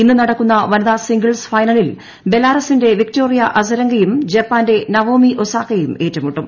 ഇന്നു നടക്കുന്ന വനിത സിംഗിൾസ് ഫൈനലിൽ ബലാറസിന്റെ വിക്ടോറിയ അസരങ്കയും ജപ്പാന്റെ നവോമി ഒസാക്കയും ഏറ്റുമുട്ടും